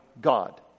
God